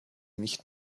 nicht